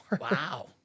Wow